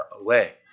away